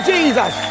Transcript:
Jesus